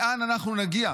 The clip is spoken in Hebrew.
לאן אנחנו נגיע?